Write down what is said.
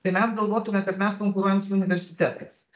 tai mes galvotume kad mes konkuruojam su universitetais